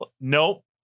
Nope